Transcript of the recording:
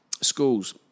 Schools